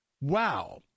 Wow